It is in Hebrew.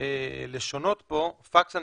רואה פקס.